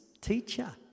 teacher